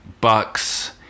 Bucks